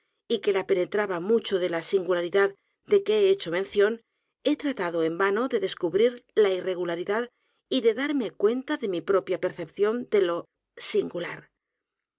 y que la penetraba mucho de la singularidad de que he hecho mención he tratado en vano de descubrir la irregularidad y de darme cuenta de mi propia percepción de lo singular